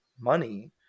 money